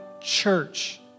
church